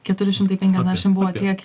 keturi šimtai penkiasdešim buvo tiek